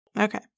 Okay